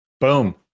boom